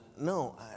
no